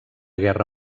guerra